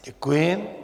Děkuji.